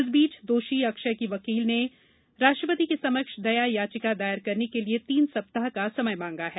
इस बीच दोषी अक्षय के वकील ने राष्ट्रपति के समक्ष दया याचिका दायर करने के लिए तीन सप्ताह का समय मांगा है